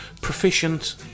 proficient